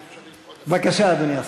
זה אפשרי, כבוד השר.